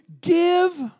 give